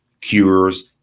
cures